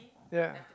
ya